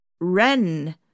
Ren